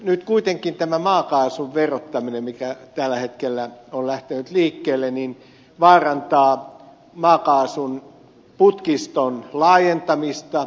nyt kuitenkin tämä maakaasun verottaminen mikä tällä hetkellä on lähtenyt liikkeelle vaarantaa maakaasun putkiston laajentamista